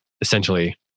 essentially